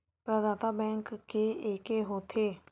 प्रदाता बैंक के एके होथे?